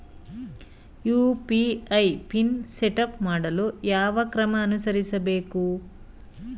UPI pin setup ಮಾಡಲು ಯಾವ ಕ್ರಮ ಅನುಸರಿಸಬೇಕು?